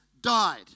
died